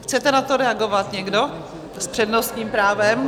Chcete na to reagovat někdo s přednostním právem?